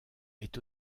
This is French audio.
est